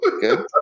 Good